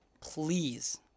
please